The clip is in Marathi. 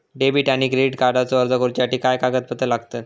डेबिट आणि क्रेडिट कार्डचो अर्ज करुच्यासाठी काय कागदपत्र लागतत?